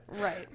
Right